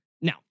Now